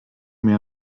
mehr